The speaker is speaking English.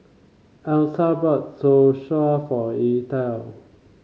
Elyssa bought Zosui for Etha